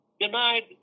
denied